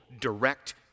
direct